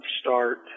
start